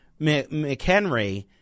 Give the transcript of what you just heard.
McHenry